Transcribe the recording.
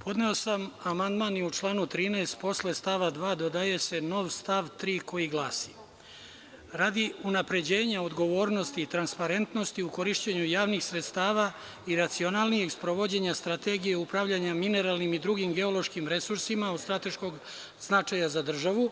Podneo sam amandman i u članu 13. posle stava 2. dodaje se nov stav 3. koji glasi: „Radi unapređenja odgovornosti i transparentnosti u korišćenju javnih sredstava i racionalnijeg sprovođenja strategije upravljanja mineralnim i drugim geološkim resursima od strateškog značaja za državu,